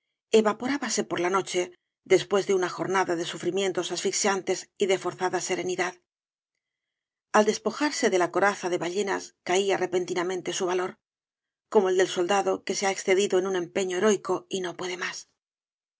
comadres evaporábase por la noche después de una jornada de sufrimientos asfixiantes y de forzada serenidad ai despojarse de la coraza de ballenas caía repentinamente su valor coaio el del soldado que se ha excedido en un empeño heroico y no puede más